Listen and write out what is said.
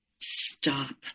stop